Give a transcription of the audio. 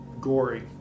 gory